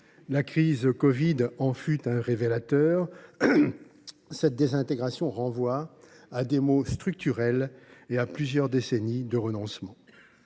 la covid 19 fut un révélateur. Cette désintégration s’explique par des maux structurels et plusieurs décennies de renoncement.